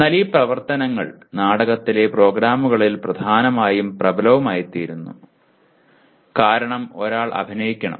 എന്നാൽ ഈ പ്രവർത്തനങ്ങൾ നാടകത്തിലെ പ്രോഗ്രാമുകളിൽ പ്രധാനവും പ്രബലവുമായിത്തീരുന്നു കാരണം ഒരാൾ അഭിനയിക്കണം